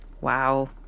Wow